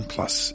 Plus